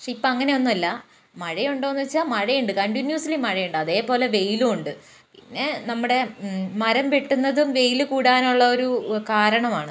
പക്ഷേ ഇപ്പം അങ്ങനെയൊന്നുമല്ല മഴയുണ്ടോന്ന് ചോദിച്ചാൽ മഴയുണ്ട് കണ്ടിന്യൂസ്ലി മഴയുണ്ട് അതേപോലെ വെയിലും ഒണ്ട് പിന്നെ നമ്മടെ മരം വെട്ടുന്നത് വെയില് കൂടാനുള്ളൊരു കാരണമാണ്